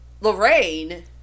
Lorraine